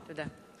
תודה.